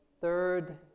Third